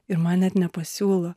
ir man net nepasiūlo